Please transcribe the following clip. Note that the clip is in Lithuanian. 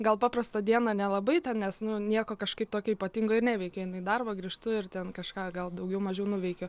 gal paprastą dieną nelabai ten nes nu nieko kažkaip tokio ypatingo ir neveikiu einu į darbą grįžtu ir ten kažką gal daugiau mažiau nuveikiu